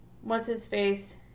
What's-His-Face